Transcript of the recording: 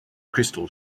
crystal